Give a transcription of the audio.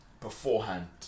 beforehand